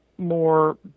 more